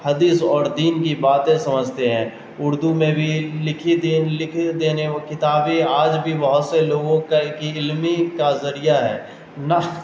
حدیث اور دین کی باتیں سمجھتے ہیں اردو میں بھی لکھی دینی کتابیں آج بھی بہت سے لوگوں کا کی علمی کا ذریعہ ہے نخت